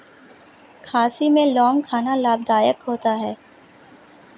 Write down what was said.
खांसी में लौंग खाना लाभदायक होता है